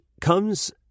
comes